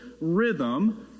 rhythm